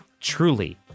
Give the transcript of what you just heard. Truly